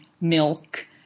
milk